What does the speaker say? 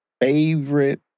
favorite